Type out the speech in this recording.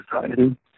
society